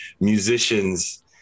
musicians